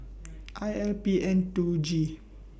I L P N two G